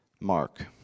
Mark